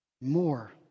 More